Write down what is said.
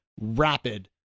rapid